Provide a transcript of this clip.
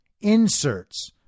inserts